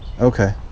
Okay